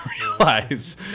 realize